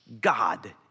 God